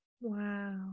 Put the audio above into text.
Wow